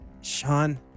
Sean